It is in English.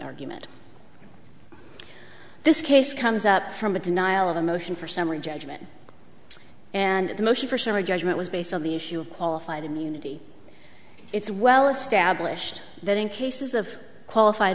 argument this case comes up from a denial of a motion for summary judgment and the motion for summary judgment was based on the issue of qualified immunity it's well established that in cases of qualified